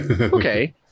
okay